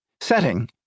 Setting